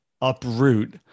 uproot